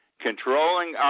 controlling